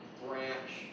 branch